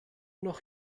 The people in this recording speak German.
noch